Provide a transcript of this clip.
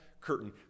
Curtain